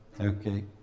Okay